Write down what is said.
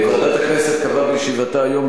ועדת הכנסת קבעה בישיבתה היום,